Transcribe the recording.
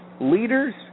Leaders